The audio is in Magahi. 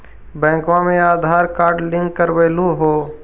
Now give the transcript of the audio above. बैंकवा मे आधार कार्ड लिंक करवैलहो है?